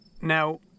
Now